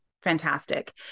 fantastic